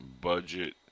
budget